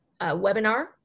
webinar